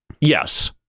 Yes